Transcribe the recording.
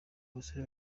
abasore